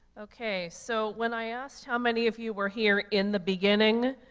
okay, so when i asked how many of you were here in the beginning,